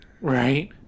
Right